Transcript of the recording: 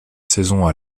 saison